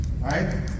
right